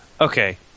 Okay